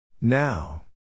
Now